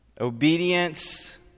Obedience